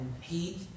heat